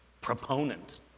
proponent